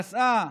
נסעה